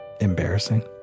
embarrassing